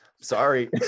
sorry